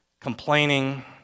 complaining